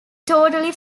totally